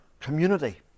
community